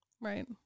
Right